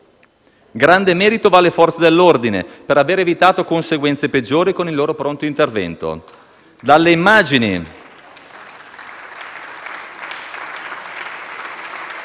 Grande merito va alle Forze dell'ordine, per aver evitato conseguenze peggiori con il loro pronto intervento.